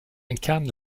incarne